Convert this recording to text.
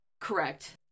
Correct